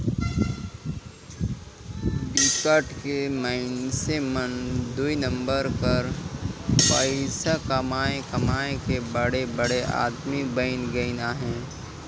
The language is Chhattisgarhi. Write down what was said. बिकट के मइनसे मन दुई नंबर कर पइसा कमाए कमाए के बड़े बड़े आदमी बइन गइन अहें